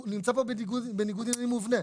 הוא נמצא פה בניגוד עניינים מובנה.